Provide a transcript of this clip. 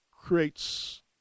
creates